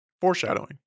Foreshadowing